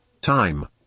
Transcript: time